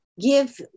give